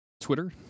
twitter